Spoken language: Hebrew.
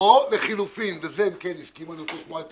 או לחילופין וזה הם הסכימו, אני רוצה לשמוע את